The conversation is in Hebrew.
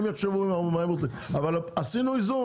עשינו איזון.